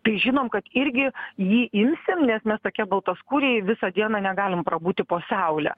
tai žinom kad irgi jį imsim nes mes tokie baltaskūriai visą dieną negalim prabūti po saule